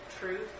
truth